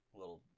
little